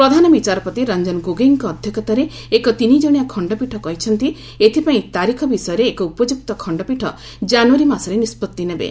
ପ୍ରଧାନ ବିଚାରପତି ରଞ୍ଜନ ଗୋଗୋଇଙ୍କ ଅଧ୍ୟକ୍ଷତାରେ ଏକ ତିନିକ୍ଷଣିଆ ଖଣ୍ଡପୀଠ କହିଛନ୍ତି ଏଥିପାଇଁ ତାରିଖ ବିଷୟରେ ଏକ ଉପଯୁକ୍ତ ଖଣ୍ଡପୀଠ ଜାନୁୟାରୀ ମାସରେ ନିଷ୍କଭି ନେବେ